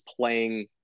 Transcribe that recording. playing